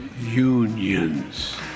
unions